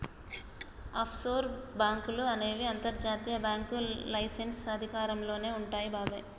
offshore బాంకులు అనేవి అంతర్జాతీయ బ్యాంకింగ్ లైసెన్స్ అధికారంలోనే వుంటాయి బాబాయ్